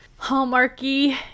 hallmarky